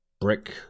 brick